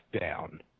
down